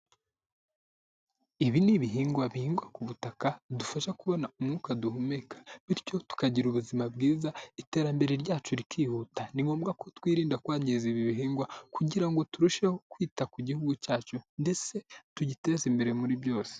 Ibi ni ibihingwa bihingwa ku butaka, bidufasha kubona umwuka duhumeka, bityo tukagira ubuzima bwiza, iterambere ryacu rikihuta. Ni ngombwa ko twirinda kwangiza ibi bihingwa kugira ngo turusheho kwita ku gihugu cyacu ndetse tugiteze imbere muri byose.